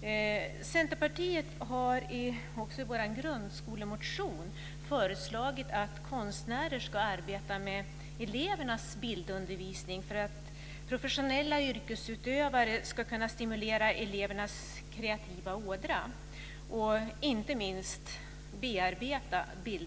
Vi i Centerpartiet har i vår grundskolemotion föreslagit att konstnärer ska arbeta med elevernas bildundervisning för att professionella yrkesutövare ska kunna stimulera elevernas kreativa ådra och inte minst för att eleverna ska kunna bearbeta de